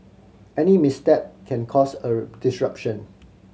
any misstep can cause a disruption